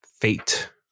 Fate